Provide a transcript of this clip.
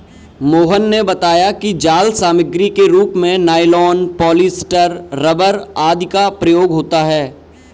मोहन ने बताया कि जाल सामग्री के रूप में नाइलॉन, पॉलीस्टर, रबर आदि का प्रयोग होता है